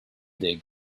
dig